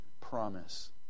promise